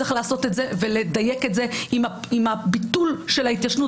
צריך לעשות את זה ולדייק את זה עם הביטול של ההתיישנות